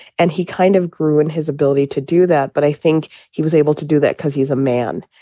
and he kind of grew in his ability to do that. but i think he was able to do that because he's a man.